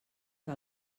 que